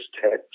text